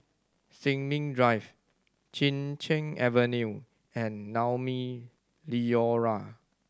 Sin Ming Drive Chin Cheng Avenue and Naumi Liora